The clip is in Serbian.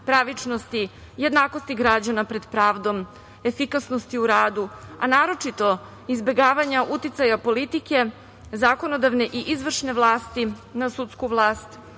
pravičnosti, jednakosti građana pred pravdom, efikasnosti u radu, a naročito izbegavanja uticaja politike, zakonodavne i izvršne vlasti, na sudsku vlast